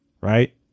right